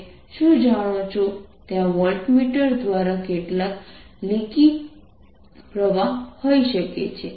તમે શું જાણો છો ત્યાં વોલ્ટમીટર દ્વારા કેટલાક લીકી પ્રવાહ હોઈ શકે છે